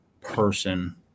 person